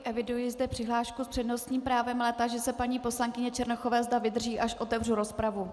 Eviduji zde přihlášku s přednostním právem, ale táži se paní poslankyně Černochové, zda vydrží, až otevřu rozpravu.